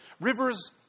rivers